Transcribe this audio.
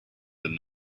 than